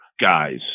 guys